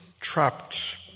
trapped